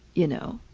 you know,